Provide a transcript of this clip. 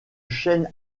chaîne